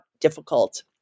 difficult